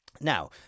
Now